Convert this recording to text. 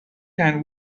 can